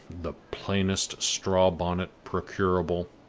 the plainest straw bonnet procurable,